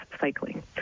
cycling